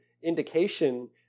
indication